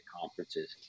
conferences